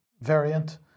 variant